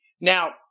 Now